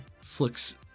Flicks